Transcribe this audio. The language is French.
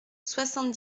soixante